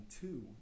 two